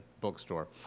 bookstore